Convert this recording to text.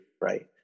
right